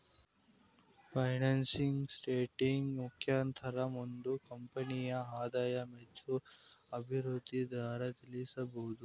financial statement ಮುಖಾಂತರ ಒಂದು ಕಂಪನಿಯ ಆದಾಯ, ವೆಚ್ಚ, ಅಭಿವೃದ್ಧಿ ದರ ತಿಳಿಬೋದು